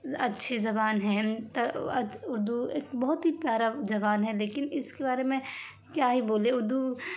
اچھی زبان ہیں تو اردو ایک بہت ہی پیارا زبان ہے لیکن اس کے بارے میں کیا ہی بولیں اردو